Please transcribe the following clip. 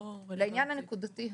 לעניין הנקודתי הזה,